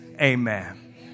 amen